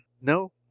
No